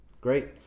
Great